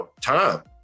time